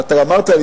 ואתה גם אמרת לי,